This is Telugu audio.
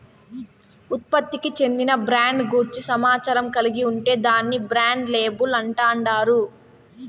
ఉత్పత్తికి చెందిన బ్రాండ్ గూర్చి సమాచారం కలిగి ఉంటే దాన్ని బ్రాండ్ లేబుల్ అంటాండారు